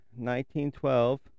1912